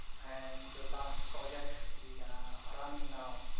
and the last project we are running now,